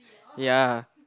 ya